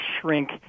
shrink